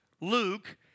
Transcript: Luke